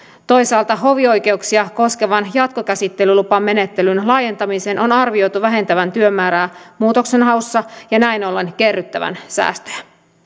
toisaalta hovioikeuksia koskevan jatkokäsittelylupamenettelyn laajentamisen on arvioitu vähentävän työmäärää muutoksenhaussa ja näin ollen kerryttävän säästöjä